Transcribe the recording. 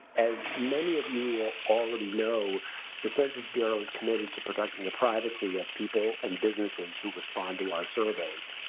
as many of you already know the census bureau is committed to conducting the privacy of people and businesses who respond to our surveys.